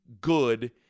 good